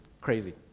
crazy